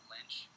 Lynch